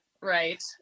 right